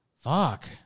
fuck